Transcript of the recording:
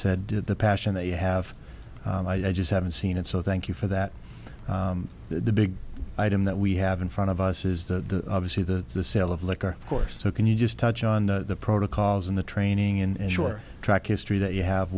did the passion they have i just haven't seen it so thank you for that the big item that we have in front of us is the obviously the the sale of liquor of course so can you just touch on the protocols and the training and short track history that you have